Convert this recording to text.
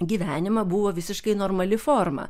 gyvenimą buvo visiškai normali forma